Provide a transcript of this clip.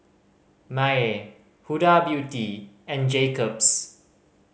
Mayer Huda Beauty and Jacob's